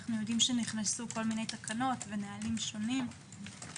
אנחנו יודעים שנכנסו תקנות ונהלים שונים,